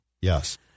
Yes